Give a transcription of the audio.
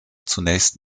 zunächst